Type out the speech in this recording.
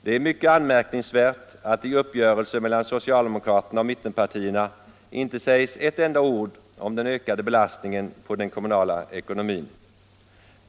Det är mycket anmärkningsvärt att det i uppgörelsen mellan socialdemokraterna och mittenpartierna inte sägs ett enda ord om den ökade belastningen på den kommunala ekonomin.